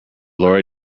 lorry